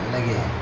लगे हैं